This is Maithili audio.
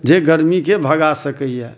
जे गरमीके भगा सकैया